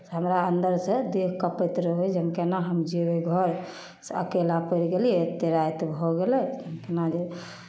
हमरा अन्दरसँ देह कँपैत रहै जे हम केना हम जेबै घर से अकेला पड़ि गेलियै एतेक राति भऽ गेलै केना जेबै